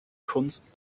kunst